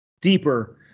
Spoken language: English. Deeper